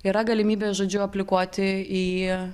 yra galimybė žodžiu aplikuoti į